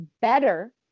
better